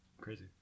crazy